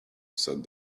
said